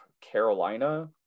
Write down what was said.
Carolina